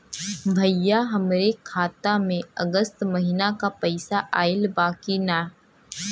भईया हमरे खाता में अगस्त महीना क पैसा आईल बा की ना?